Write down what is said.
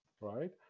Right